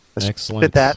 Excellent